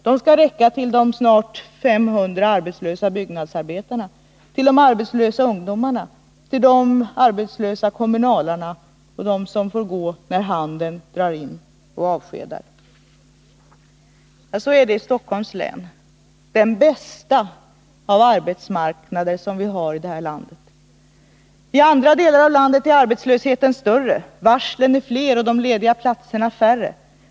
De skall räcka till de nästan 500 arbetslösa byggnadsarbetarna, till de arbetslösa ungdomarna, till de allt fler arbetslösa inom den kommunala sektorn, till dem som får gå när handeln drar in och avskedar. Ja, så står det till i Stockholms län, den bästa av arbetsmarknader som vi har i det här landet. I andra delar av landet är arbetslösheten större. Varslen är fler och de lediga platserna färre.